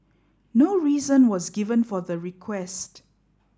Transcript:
no reason was given for the request